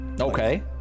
Okay